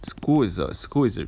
school is a school is a